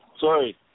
Sorry